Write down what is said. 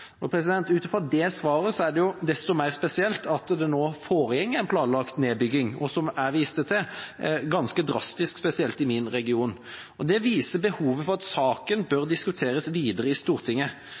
Ut fra det svaret er det jo desto mer spesielt at det nå foregår en planlagt nedbygging, og, som jeg viste til, ganske drastisk, spesielt i min region. Det viser behovet for at saken bør